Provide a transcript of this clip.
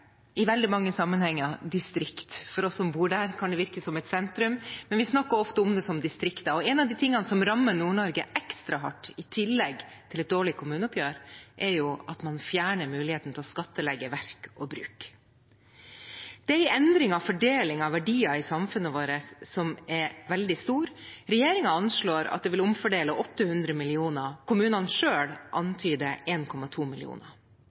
i veldig mange sammenhenger et distrikt. For oss som bor der, kan det virke som et sentrum, men vi snakker ofte om det som et distrikt. En av de tingene som rammer Nord-Norge ekstra hardt, i tillegg til et dårlig kommuneoppgjør, er at man fjerner muligheten til å skattlegge verk og bruk. Det gir endringer i fordelingen av verdiene i samfunnet vårt som er veldig store. Regjeringen anslår at det vil omfordele 800 mill. kr. Kommunene